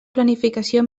planificació